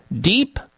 Deep